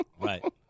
Right